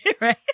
Right